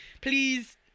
Please